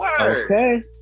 okay